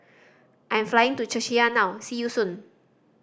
I'm flying to Czechia now see you soon